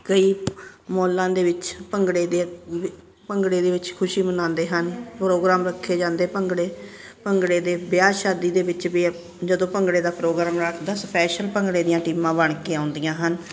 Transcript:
ਕਈ ਮੌਲਾਂ ਦੇ ਵਿੱਚ ਭੰਗੜੇ ਦੇ ਵ ਭੰਗੜੇ ਦੇ ਵਿੱਚ ਖੁਸ਼ੀ ਮਨਾਉਂਦੇ ਹਨ ਪ੍ਰੋਗਰਾਮ ਰੱਖੇ ਜਾਂਦੇ ਭੰਗੜੇ ਭੰਗੜੇ ਦੇ ਵਿਆਹ ਸ਼ਾਦੀ ਦੇ ਵਿੱਚ ਵੀ ਜਦੋਂ ਭੰਗੜੇ ਦਾ ਪ੍ਰੋਗਰਾਮ ਰੱਖਦਾ ਸਪੈਸ਼ਲ ਭੰਗੜੇ ਦੀਆਂ ਟੀਮਾਂ ਬਣ ਕੇ ਆਉਂਦੀਆਂ ਹਨ